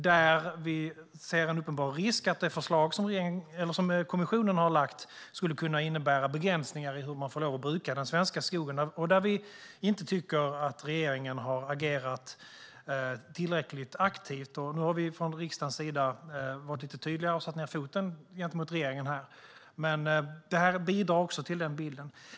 Där ser vi en uppenbar risk att det förslag som kommissionen har lagt fram skulle kunna innebära begränsningar i hur man får lov att bruka den svenska skogen. Där tycker vi inte att regeringen har agerat tillräckligt aktivt. Nu har vi från riksdagens sida varit lite tydligare och satt ned foten gentemot regeringen, och detta bidrar till bilden.